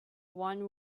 one